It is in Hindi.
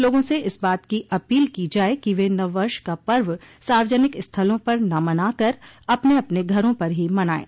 लोगों से इस बात की अपील की जाये कि वे नव वर्ष का पर्व सार्वजनिक स्थलों पर न मनाकर अपने अपने घरों पर ही मनाये